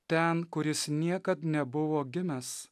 ten kur jis niekad nebuvo gimęs